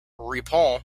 ripon